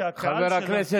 אתה כבר נמצא,